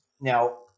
now